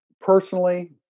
personally